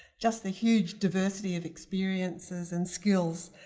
just the huge diversity of experiences and skills,